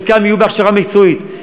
חלקם יהיו בהכשרה מקצועית,